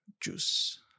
Juice